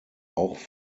auch